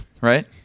right